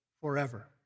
forever